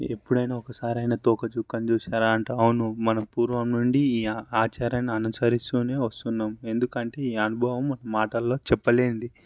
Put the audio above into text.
ఎప్పుడైనా ఒక్కసారైనా తోకచుక్కను చుసినారా అంటే అవును మన పూర్వము నుండి ఈ ఆచారాన్ని అనుసరిస్తూనే వస్తున్నాం ఎందుకు అంటే ఈ అనుభవం మాటలలో చెప్పలేనిది